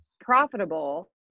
profitable